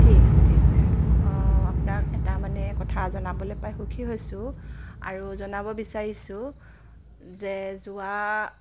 ঠিক আছে ঠিক আছে অঁ আপোনাক এটা মানে কথা জনাবলৈ পাই সুখী হৈছোঁ আৰু জনাব বিচাৰিছোঁ যে যোৱা